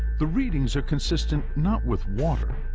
the readings are consistent, not with water,